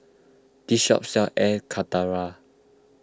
this shop sells Air Karthira